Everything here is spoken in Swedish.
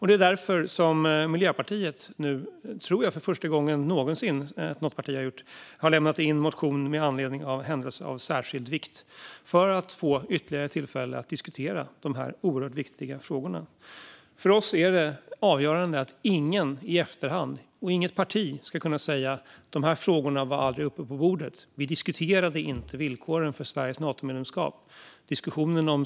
Det är därför som Miljöpartiet nu - för första gången någonsin, tror jag - har lämnat in en motion med anledning av händelse av större vikt för att vi ska få ett ytterligare tillfälle att diskutera dessa oerhört viktiga frågor. För oss är det avgörande att inget parti i efterhand ska kunna säga: De här frågorna var aldrig uppe på bordet. Vi diskuterade inte villkoren för Sveriges Natomedlemskap.